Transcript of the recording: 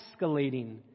escalating